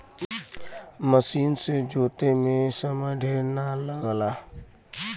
मसीन से जोते में समय ढेर ना लगला